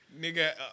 Nigga